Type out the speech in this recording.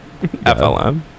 FLM